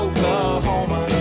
Oklahoma